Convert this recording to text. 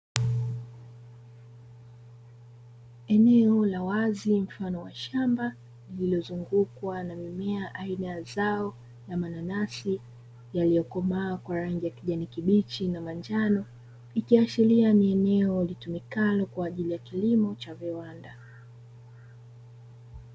Eneo la wazi mfano wa shamba lililozungukwa na mimea aina ya zao la mananasi yaliyokomaa kwa rangi ya kijani kibichi na manjano, ikiashiria ni eneo litumikalo kwa ajili ya kilimo cha viwanda.